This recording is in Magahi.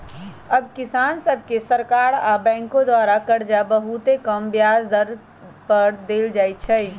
अब किसान सभके सरकार आऽ बैंकों द्वारा करजा बहुते कम ब्याज पर दे देल जाइ छइ